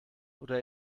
oder